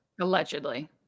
allegedly